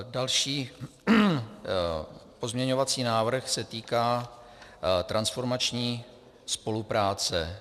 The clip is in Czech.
Další pozměňovací návrh se týká transformační spolupráce.